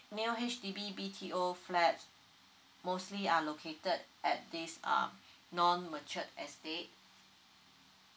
new H_D_B B_T_O flat mostly are located at this uh non matured estate